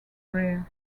rare